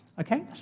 Okay